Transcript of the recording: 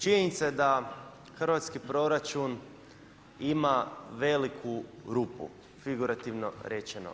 Činjenica je da hrvatski proračun ima veliku rupu, figurativno rečeno.